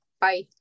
Bye